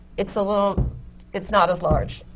it's a little it's not as large.